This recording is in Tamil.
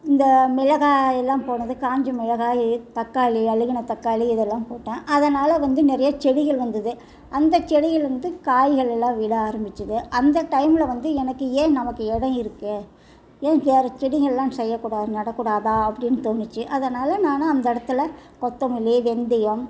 இந்த மிளகாய் எல்லாம் போனது காஞ்ச மிளகாய் தக்காளி அழுகின தக்காளி இதெல்லாம் போட்டேன் அதனால் வந்து நிறைய செடிகள் வந்தது அந்த செடியிலருந்து காய்கள் எல்லாம் விட ஆரம்பித்தது அந்த டைமில் வந்து எனக்கு ஏன் நமக்கு இடம் இருக்கு ஏன் வேறு செடிங்கள் எல்லாம் செய்யக்கூடா நடக்கூடாதா அப்படின்னு தோணுச்சு அதனால் நான் அந்த இடத்துல கொத்தமல்லி வெந்தயம்